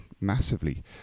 massively